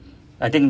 I think